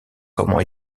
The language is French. comment